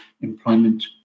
employment